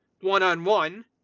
one-on-one